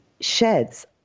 sheds